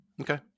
Okay